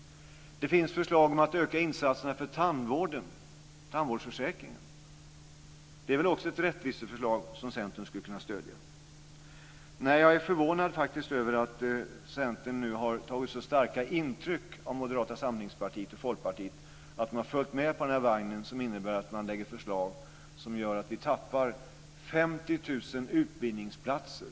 Det finns förslag om att öka insatserna för tandvårdsförsäkringen. Det är väl också ett rättviseförslag som Centern skulle kunna stödja? Jag är förvånad över att Centern har tagit så starka intryck av Moderata samlingspartiet och Folkpartiet att man följt med på vagnen som innebär att man lägger förslag som gör att vi tappar 50 000 utbildningsplatser.